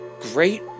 Great